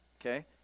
okay